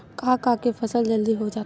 का का के फसल जल्दी हो जाथे?